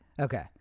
Okay